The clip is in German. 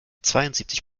zweiundsiebzig